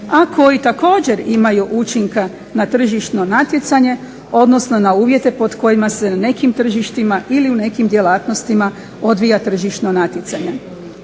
a koji također imaju učinka na tržišno natjecanje odnosno na uvjete pod kojima se na nekim tržištima ili u nekim djelatnostima odvija tržišno natjecanje.